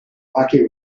rocky